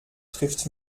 trifft